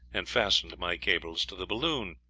and fastened my cables to the balloon.